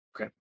okay